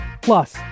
Plus